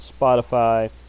spotify